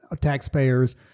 taxpayers